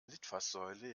litfaßsäule